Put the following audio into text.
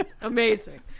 Amazing